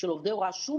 של עובדי הוראה,